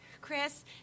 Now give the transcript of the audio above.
Chris